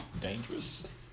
dangerous